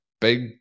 big